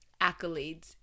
accolades